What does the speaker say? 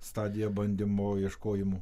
stadija bandymų ieškojimų